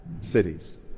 cities